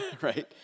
right